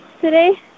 today